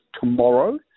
tomorrow